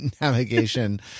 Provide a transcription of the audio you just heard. navigation